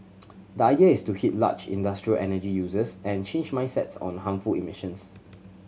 the idea is to hit large industrial energy users and change mindsets on harmful emissions